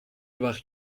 وقتی